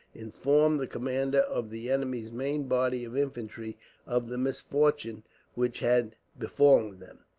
informed the commander of the enemy's main body of infantry of the misfortune which had befallen them.